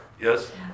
Yes